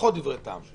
פחות דברי טעם.